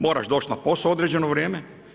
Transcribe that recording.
Moraš doći na posao u određeno vrijeme.